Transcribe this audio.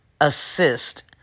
assist